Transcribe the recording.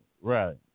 right